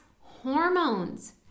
hormones